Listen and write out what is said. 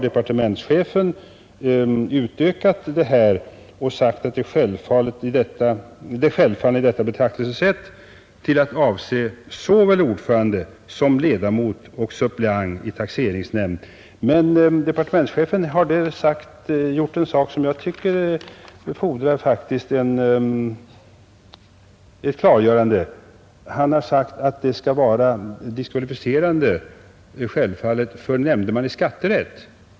Departementschefen har utvidgat denna självklara princip till att omfatta såväl ordförande som ledamot och suppleant i taxeringsnämnd. Men departementschefen har där gjort ett uttalande som jag faktiskt tycker fordrar ett klargörande. Han har sagt att ledamot eller suppleant i taxeringsnämnd skall vara diskvalificerad för deltagande som nämndeman i skatterätt.